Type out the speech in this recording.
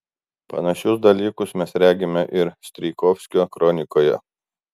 panašius dalykus mes regime ir strijkovskio kronikoje